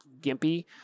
gimpy